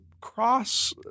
cross